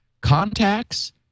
contacts